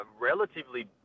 relatively